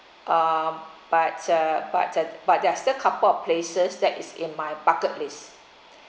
um but uh but but there still couple places that is in my bucket list